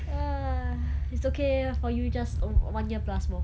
err it's okay for you just o~ one year plus more